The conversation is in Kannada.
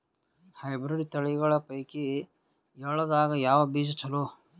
ಹೈಬ್ರಿಡ್ ತಳಿಗಳ ಪೈಕಿ ಎಳ್ಳ ದಾಗ ಯಾವ ಬೀಜ ಚಲೋ?